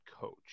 coach